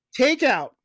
Takeout